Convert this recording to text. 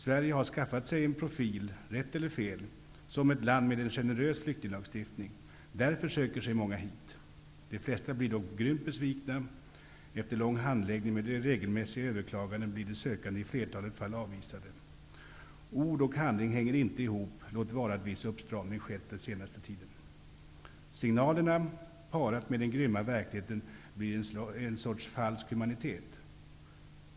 Sverige har skaffat sig en profil -- rätt eller fel -- som ett land med en generös flyktinglagstiftning. Därför söker sig många hit. De flesta blir dock grymt besvikna. Efter lång handläggning med re gelmässiga överklaganden blir de sökande i flerta let fall avvisade. Ord och handling hänger inte ihop, låt vara att en viss uppstramning skett den senaste tiden. Signalerna, parat med den grymma verklighe ten, blir en sorts falsk humanitet.